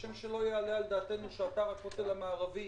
כשם שלא יעלה על דעתנו שאתר הכותל המערבי